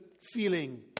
feeling